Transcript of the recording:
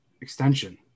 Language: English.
extension